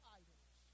idols